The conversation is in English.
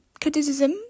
criticism